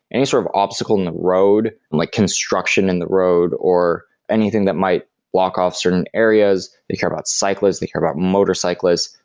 any sort of obstacle in the road, like construction in the road or anything that might block off certain areas. they care about cyclists. they care about motorcyclists.